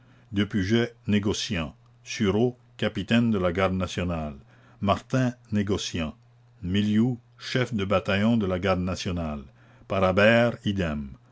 depuget négociant sureau capitaine de la garde nationale martin négociant milliou chef de bataillon de la garde nationale parabère idem